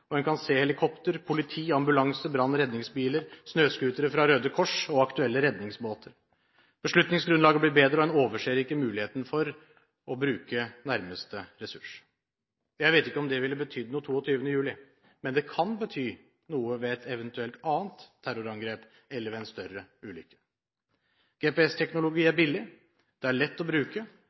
og en kan se helikopter, politi, ambulanse, brann- og redningsbiler, snøscootere fra Røde Kors og aktuelle redningsbåter. Beslutningsgrunnlaget blir bedre, og en overser ikke muligheten for å bruke nærmeste ressurs. Jeg vet ikke om det ville ha betydd noe den 22. juli, men det kan bety noe ved et eventuelt annet terrorangrep eller ved en større ulykke. GPS-teknologi er billig, den er lett å bruke,